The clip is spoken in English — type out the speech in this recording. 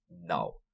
No